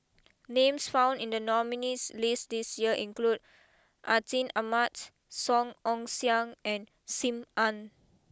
names found in the nominees list this year include Atin Amat Song Ong Siang and Sim Ann